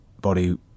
body